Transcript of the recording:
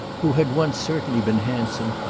who had once certainly been handsome,